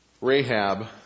Rahab